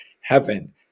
heaven